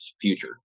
future